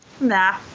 Nah